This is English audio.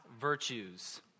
Virtues